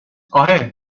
آره